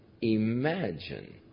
imagine